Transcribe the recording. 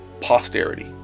posterity